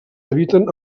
habiten